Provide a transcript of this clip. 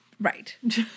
Right